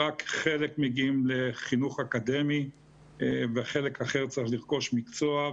רק חלק מגיעים לחינוך אקדמי וחלק אחר צריך לרכוש מקצוע,